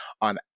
on